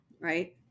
right